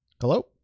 Hello